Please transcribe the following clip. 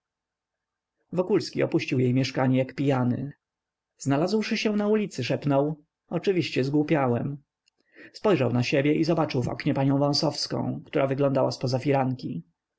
wokulski opuścił jej mieszkanie jak pijany znalazłszy się na ulicy szepnął oczywiście zgłupiałem spojrzał za siebie i zobaczył w oknie panią wąsowską która wyglądała zpoza firanki